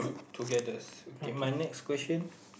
togethers okay my next question